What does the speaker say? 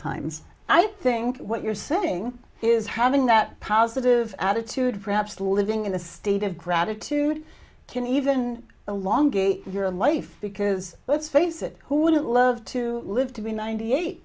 times i think what you're saying is having that positive attitude perhaps living in a state of gratitude can even along gave your life because let's face it who wouldn't love to live to be ninety